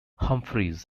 humphries